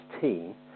team